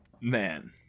Man